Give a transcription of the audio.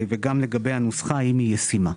לגבי הנוסחה, האם היא ישימה?